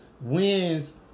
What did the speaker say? wins